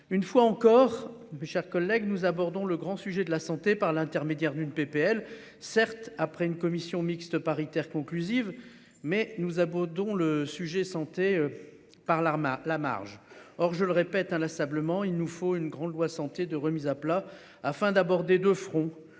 Une fois encore, mes chers collègues, nous abordons le grand sujet de la santé, par l'intermédiaire d'une PPL certes après une commission mixte paritaire conclusive, mais nous abordons le sujet santé. Par l'arme à la marge. Or, je le répète inlassablement, il nous faut une grande loi santé de remise à plat afin d'aborder de front